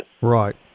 Right